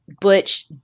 Butch